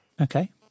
Okay